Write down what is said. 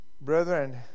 Brethren